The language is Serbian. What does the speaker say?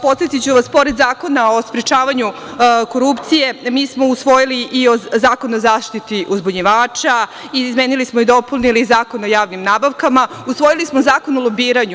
Pored zakona o sprečavanju korupcije, mi smo usvojili i Zakon o zaštiti od uzbunjivača, izmenili smo i dopunili Zakon o javnim nabavkama, usvojili smo Zakon o lobiranju.